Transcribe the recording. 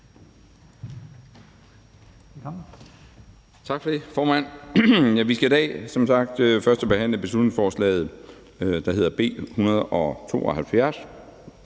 Tak for det, formand. Vi skal i dag som sagt førstebehandle beslutningsforslaget, der hedder B 172.